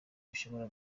bishobora